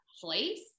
place